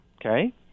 Okay